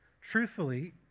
Truthfully